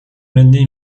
l’année